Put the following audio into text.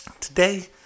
today